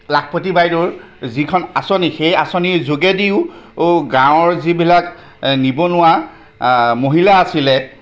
লাখপতি বাইদেউৰ যিখন আঁচনি সেই আঁচনিৰ যোগেদিও গাঁৱৰ যিবিলাক নিবনুৱা মহিলা আছিলে